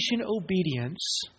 obedience